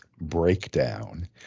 Breakdown